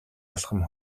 алхам